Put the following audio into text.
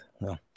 No